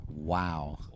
Wow